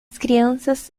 crianças